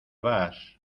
vas